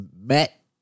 met